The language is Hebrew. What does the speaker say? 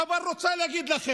אבל אני רוצה להגיד לכם